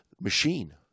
machine